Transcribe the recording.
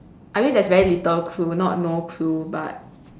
I mean there's very little clue not no clue but